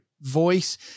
voice